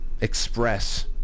express